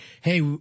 hey